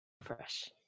Fresh